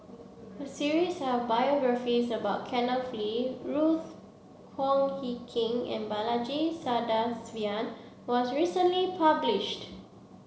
a series of biographies about Kee Ruth Wong Hie King and Balaji Sadasivan was recently published